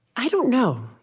i don't know.